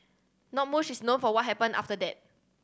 not mush is known for what happened after that